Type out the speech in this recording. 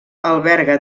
alberga